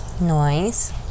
Noise